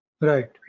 Right